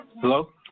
Hello